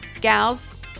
gals